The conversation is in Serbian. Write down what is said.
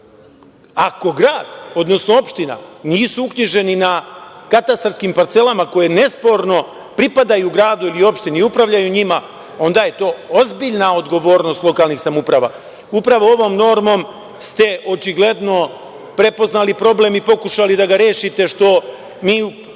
grad, odnosno opština nisu uknjiženi na katastarskim parcelama koje nesporno pripadaju gradu ili opštini i upravljaju njima, onda je to ozbiljna odgovornost lokalnih samouprava. Upravo ovom normom ste očigledno prepoznali problem i pokušali da ga rešite, što mi